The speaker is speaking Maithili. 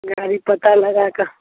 गाड़ीके पता लगा कऽ